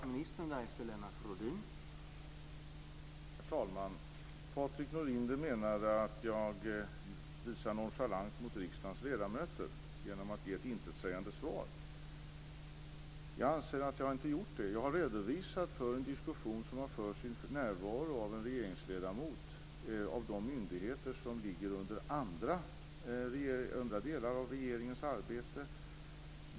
Herr talman! Patrik Norinder menade att jag visar nonchalans mot riksdagens ledamöter genom att ge ett intetsägande svar. Jag anser att jag inte har gjort det. Jag har redovisat en diskussion som har förts, i närvaro av en regeringsledamot, av de myndigheter som ligger under andra delar av regeringens arbete.